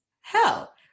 hell